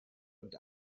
und